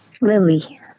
Lily